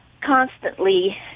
constantly